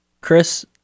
Chris